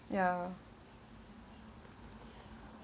ya